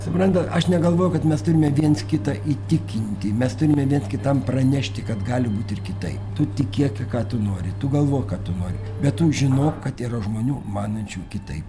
suprantat aš negalvojau kad mes turime viens kitą įtikint mes turime viens kitam pranešti kad gali būti ir kitaip tu tikėk ką tu nori tu galvok ką tu nori bet tu žinok kad yra žmonių manančių kitaip